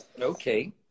Okay